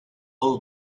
all